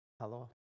Hello